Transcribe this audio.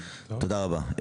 תודה רבה.